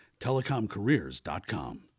TelecomCareers.com